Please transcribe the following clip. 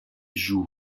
joue